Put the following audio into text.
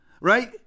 right